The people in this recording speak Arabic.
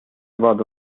بعض